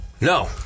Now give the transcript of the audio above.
No